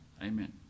Amen